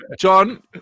John